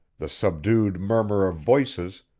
the subdued murmur of voices,